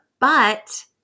but-